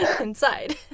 inside